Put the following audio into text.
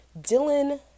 Dylan